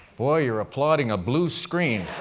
boy, you're applauding a blue screen.